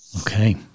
Okay